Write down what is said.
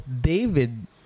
David